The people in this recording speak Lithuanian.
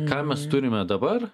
ką mes turime dabar